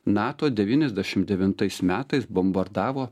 nato devyniasdešim devintais metais bombardavo